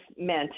meant